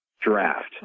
Draft